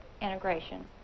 integration